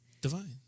Divine